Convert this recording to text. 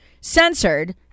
censored